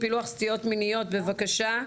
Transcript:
פילוח סטיות מיניות, בבקשה.